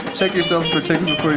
check yourselves for ticks.